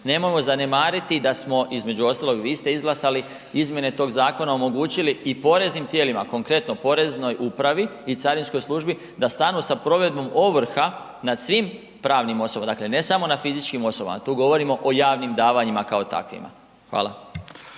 Nemojmo zanemariti da smo, između ostalog vi ste izglasali izmjene tog zakona, omogućili i poreznim tijelima, konkretno poreznoj upravi i carinskoj službi da stanu sa provedbom ovrha nad svim pravnim osobama, dakle ne samo na fizičkim osobama, tu govorimo o javnim davanjima kao takvima. Hvala.